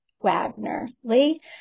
Wagner-Lee